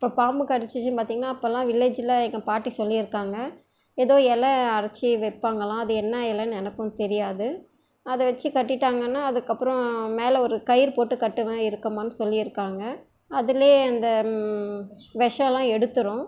இப்போ பாம்பு கடிச்சிச்சு பார்த்திங்கனா அப்போல்லாம் வில்லேஜில் எங்கள் பாட்டி சொல்லியிருக்காங்க ஏதோ இல அரைச்சி வைப்பாங்கலாம் அது என்ன இலனு எனக்கும் தெரியாது அதை வச்சு கட்டிட்டாங்கன்னா அதுக்கப்புறோம் மேலே ஒரு கயிறு போட்டு கட்டுவன் இறுக்கமான் சொல்லியிருக்காங்க அதுல அந்த விஷோலாம் எடுத்துரும்